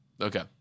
okay